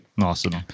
Awesome